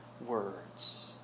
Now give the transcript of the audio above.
words